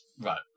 Right